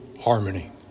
harmony